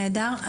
נהדר.